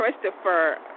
Christopher